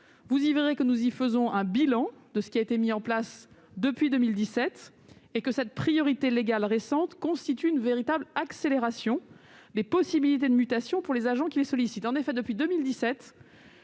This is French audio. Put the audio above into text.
sur ce sujet. Nous y dressons un bilan des dispositifs mis en place depuis 2017. Celui-ci montre que cette priorité légale récente constitue une véritable accélération des possibilités de mutation pour les agents qui les sollicitent. En effet, depuis 2017,